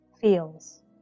feels